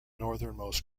northernmost